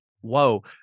Whoa